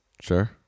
sure